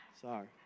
sorry